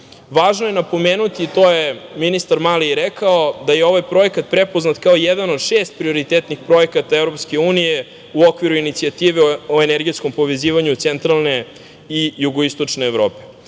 je napomenuti, to je ministar Mali i rekao, da je ovaj projekat prepoznat kao jedan od šest prioritetnih projekata EU u okviru Inicijative o energetskom povezivanju centralne i jugoistočne Evrope. Pričali